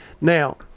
now